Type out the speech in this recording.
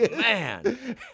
man